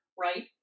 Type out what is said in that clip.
Right